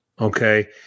okay